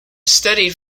studied